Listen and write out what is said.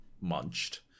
munched